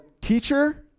teacher